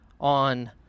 on